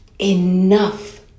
enough